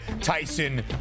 Tyson